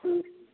ह्म्म